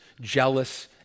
jealous